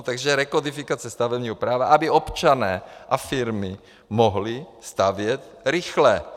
Takže rekodifikace stavebního práva, aby občané a firmy mohli stavět rychle.